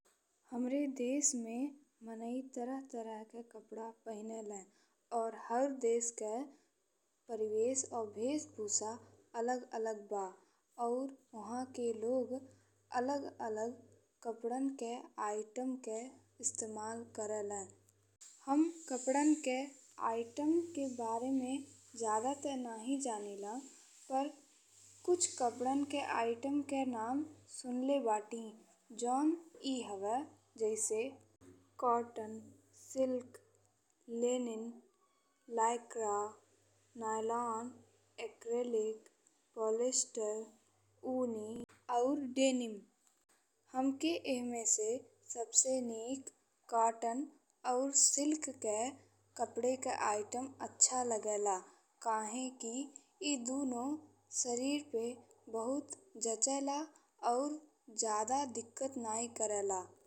हमरे देश में मनई तरह-तरह के कपड़ा पहिनले और हर देश के परिवेश और बेशभूषा अलग-अलग बा और वहा के लोग अलग-अलग कपड़न के आइटम के इस्तेमाल करेला। हम कपड़न के आइटम के बारे में हम जादा त नहीं पर कुछ कपड़न के आइटम के नाम सुनले बाटी जउन ई हवे जइसन cotton, silk, linen, lycra, nylon, acrylic, polyester, woollen और डेनिम। हमके एहमे से सबसे नेक कॉटन और सिल्क के कपड़ा के आइटम अच्छा लागेला काहेकि ई दुनो सरीर पे बहुत जाचे ला और जादा दिक्कत नहीं करे ला।